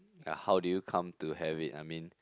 ya how do you come to have it I mean